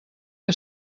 que